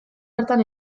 bertan